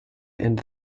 and